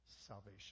salvation